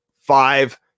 five